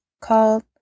called